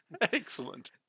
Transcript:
Excellent